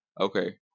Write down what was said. Okay